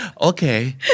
Okay